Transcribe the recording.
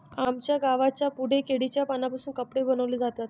आमच्या गावाच्या पुढे केळीच्या पानांपासून कपडे बनवले जातात